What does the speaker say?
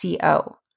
.co